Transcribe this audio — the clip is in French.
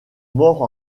morts